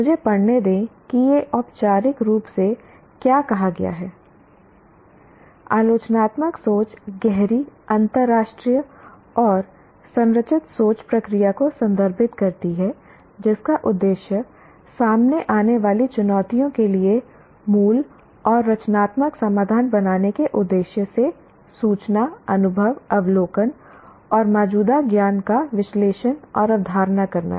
मुझे पढ़ने दें कि यह औपचारिक रूप से क्या कहा गया है आलोचनात्मक सोच गहरी अंतरराष्ट्रीय और संरचित सोच प्रक्रिया को संदर्भित करती है जिसका उद्देश्य सामने आने वाली चुनौतियों के लिए मूल और रचनात्मक समाधान बनाने के उद्देश्य से सूचना अनुभव अवलोकन और मौजूदा ज्ञान का विश्लेषण और अवधारणा करना है